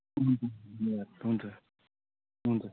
हुन्छ हुन्छ हुन्छ